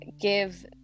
give